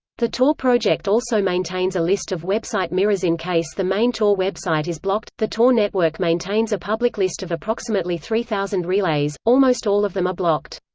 the tor project also maintains a list of website mirrors in case the main tor website is blocked the tor network maintains a public list of approximately three thousand relays almost all of them are blocked.